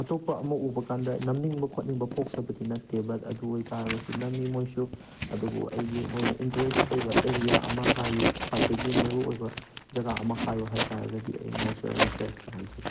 ꯑꯇꯣꯞꯄ ꯑꯃ ꯎꯕ ꯀꯥꯟꯗ ꯅꯝꯅꯤꯡꯕ ꯈꯣꯠꯅꯤꯡꯕ ꯄꯣꯛꯇꯕꯗꯤ ꯅꯠꯇꯦ ꯕꯠ ꯑꯗꯨ ꯑꯣꯏꯇꯥꯔꯒꯁꯨ ꯅꯝꯃꯤ ꯃꯣꯏꯁꯨ ꯑꯗꯨꯕꯨ ꯑꯩꯒꯤ ꯑꯣꯏꯅ ꯏꯟꯇꯔꯦꯁ ꯑꯣꯏꯕ ꯑꯦꯔꯤꯌꯥ ꯑꯃ ꯍꯥꯏꯌꯨ ꯈ꯭ꯋꯥꯏꯗꯒꯤ ꯃꯔꯨ ꯑꯣꯏꯕ ꯖꯒꯥ ꯑꯃ ꯍꯥꯏꯌꯨ ꯍꯥꯏꯇꯥꯔꯒꯗꯤ ꯑꯩꯅ ꯅꯦꯆꯔ ꯑꯦꯟ ꯄꯦꯠꯁ ꯍꯥꯏꯖꯒꯦ